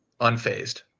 unfazed